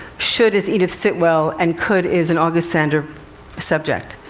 should is edith sitwell, and could is an august sander subject.